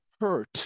hurt